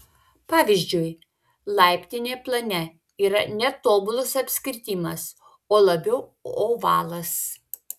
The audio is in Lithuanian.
pavyzdžiui laiptinė plane yra ne tobulas apskritimas o labiau ovalas